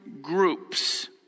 groups